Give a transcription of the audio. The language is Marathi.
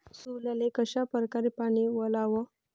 सोल्याले कशा परकारे पानी वलाव?